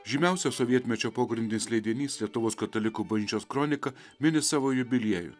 žymiausias sovietmečio pogrindinis leidinys lietuvos katalikų bažnyčios kronika mini savo jubiliejų